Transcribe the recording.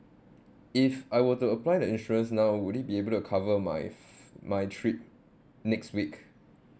if I were to apply the insurance now would it be able to cover my f~ my trip next week